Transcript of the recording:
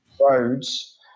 roads